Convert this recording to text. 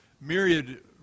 Myriad